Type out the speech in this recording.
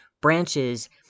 branches